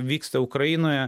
vyksta ukrainoje